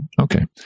Okay